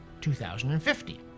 2050